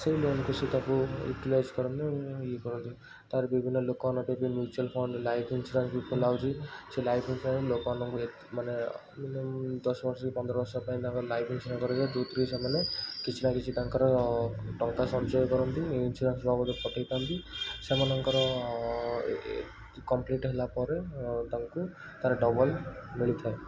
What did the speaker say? ସେଇ ଲୋନ୍କୁ ସେ ତାକୁ ୟୁଟିଲାଇଜ୍ କରନ୍ତି ଏବଂ ଇଏ କରନ୍ତି ତା'ର ବିଭିନ୍ନ ଲୋକମାନଙ୍କର ବି ମ୍ୟୁଚୁଆଲ୍ ଫଣ୍ଡ୍ ଲାଇଫ୍ ଇନ୍ସୁରାନ୍ସ୍ ଯେଉଁ ଖୋଲା ହେଉଛି ସେ ଲାଇଫ୍ ଇନ୍ସୁରାନ୍ସ୍ ଲୋକମାନଙ୍କୁ ଏ ମାନେ ମିନିମମ୍ ଦଶବର୍ଷ କି ପନ୍ଦରବର୍ଷ ପାଇଁ ତାଙ୍କର ଲାଇଫ୍ ଇନ୍ସୁରାନ୍ସ୍ କରାଯାଏ ଯେଉଁଥିରେ ସେମାନେ କିଛି ନା କିଛି ତାଙ୍କର ଟଙ୍କା ସଞ୍ଚୟ କରନ୍ତି ଇନ୍ସୁରାନ୍ସ୍ ବାବଦ କଠେଇଥାନ୍ତି ସେମାନଙ୍କର କମ୍ପ୍ଲିଟ୍ ହେଲାପରେ ଓ ଓ ତାଙ୍କୁ ତା'ର ଡବଲ୍ ମିଳିଥାଏ